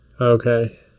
Okay